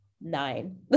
Nine